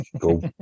go